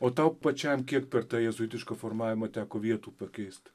o tau pačiam kiek per tą jėzuitišką formavimą teko vietų pakeist